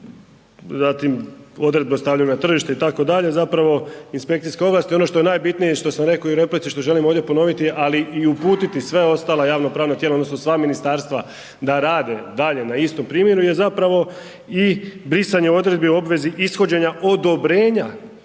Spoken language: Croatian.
zatim odredbe o stavljanju na tržište itd. zapravo inspekcijske ovlasti. Ono što je najbitnije i što sam reko i u replici, što želim ovdje ponoviti, ali i uputiti sva ostala javnopravna tijela odnosno sva ministarstva da rade dalje na istom primjeru jer zapravo i brisanje odredbi o obvezi ishođenja odobrenja